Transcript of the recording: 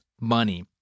money